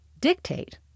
dictate